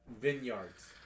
Vineyards